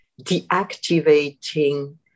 deactivating